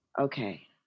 Okay